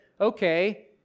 okay